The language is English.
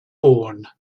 bourne